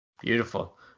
Beautiful